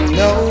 no